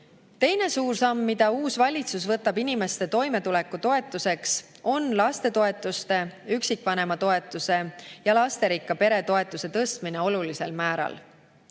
suur samm, mida uus valitsus võtab inimeste toimetuleku toetuseks, on lastetoetuste, üksikvanema [lapse] toetuse ja lasterikka pere toetuse tõstmine olulisel määral.